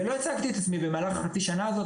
ולא הצגתי את עצמי במהלך החצי שנה הזאת,